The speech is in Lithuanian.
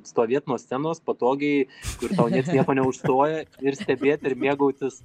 stovėt nuo scenos patogiai kur tau nieks nieko neužstoja ir stebėt ir mėgautis